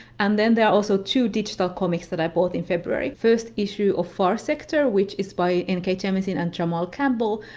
and then there are also two digital comics that i bought in february. first issue of far sector which is by n k. jemisin and jamal campbell,